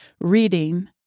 reading